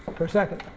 per second.